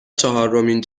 چهارمین